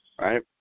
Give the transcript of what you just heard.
right